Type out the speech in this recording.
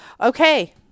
Okay